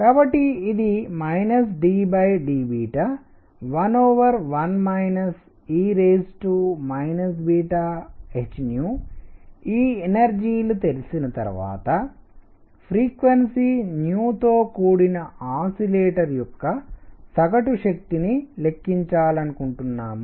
కాబట్టి ఇది dd11 e h ఈ ఎనర్జీలు తెలిసిన తర్వాత ఫ్రీక్వెన్సీ తో కూడిన ఆసిలేటర్ యొక్క సగటు శక్తి ని లెక్కించాలనుకుంటున్నాము